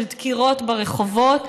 של דקירות ברחובות.